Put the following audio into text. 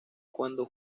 cuando